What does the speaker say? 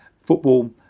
football